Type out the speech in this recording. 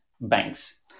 banks